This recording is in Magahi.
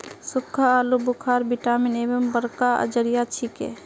सुक्खा आलू बुखारा विटामिन एर बड़का जरिया छिके